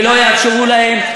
ולא יאפשרו להם.